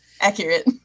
Accurate